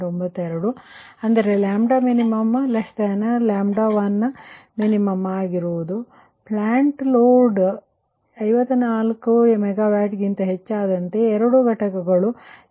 92 ಅಂದರೆ 2min1min ಆಗಿರುವುದು plant load 54 MWಕ್ಕಿಂತ ಹೆಚ್ಚಾದಂತೆ ಎರಡೂ ಘಟಕಗಳು λ46